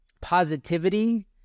positivity